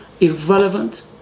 irrelevant